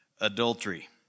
adultery